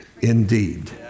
indeed